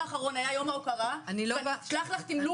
זה מה שאני שמעתי אבל אני מקווה שזה כך נכון.